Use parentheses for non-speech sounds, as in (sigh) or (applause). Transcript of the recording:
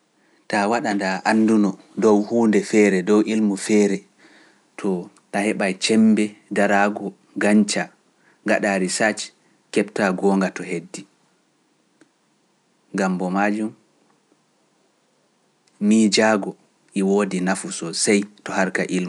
Taa (noise) waɗa nda annduno dow huunde feere dow ilmu feere to ta heɓa cembe daraagu gañca gaɗaari sac keɓtaa goonga to heddi. Gambo majum miijaagu e woodi nafuso sey to harka ilmu.